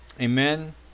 amen